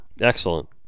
Excellent